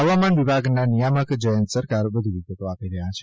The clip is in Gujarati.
હવામાન વિભાગના નિયામક જયંત સરકાર વધુ વિગતો આપે છે